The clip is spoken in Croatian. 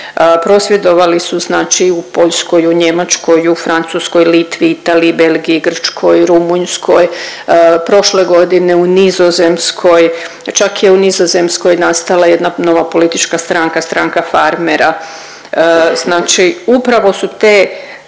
Prosvjedovali su znači i u Poljskoj i u Njemačkoj i u Francuskoj, Litvi, Italiji, Belgiji, Grčkoj, Rumunjskoj, prošle godine u Nizozemskoj, čak je u Nizozemskoj nastala jedna nova politička stranka, Stranka Farmera, znači upravo su te